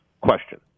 Question